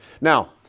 Now